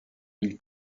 mille